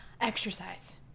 Exercise